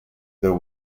there